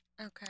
Okay